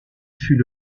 fut